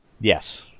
Yes